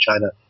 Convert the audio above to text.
China